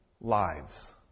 lives